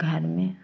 घर में